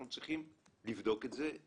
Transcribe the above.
אנחנו צריכים לבדוק את זה.